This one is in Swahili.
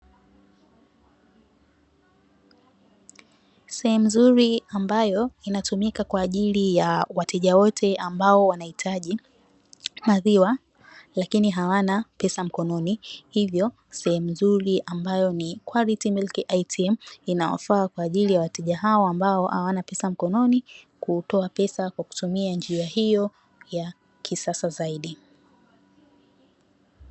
Sehemu nzuri ambayo inatumika kwa ajili ya wateja wote ambao wanahitaji maziwa lakini hawana pesa mkononi hivyo sehemu nzuri, ambayo ni "QUALITY MILK ATM" ambayo inawafaa kwa ajili ya wateja hawa ambao hawana pesa mkononi kutoa pesa kwa kutumia njia hiyo ya kisasa zaidi.